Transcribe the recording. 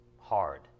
hard